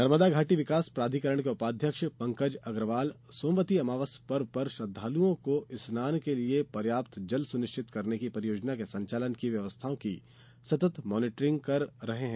नर्मदा घाटी विकास प्राधिकरण के उपाध्यक्ष पंकज अग्रवाल सोमवती अमावस पर्व पर श्रद्धालुओं को स्नान के लिये पर्याप्त जल सुनिश्चित करने की परियोजना के संचालन की व्यवस्थाओं की सतत् मानिटरिंग कर रहे हैं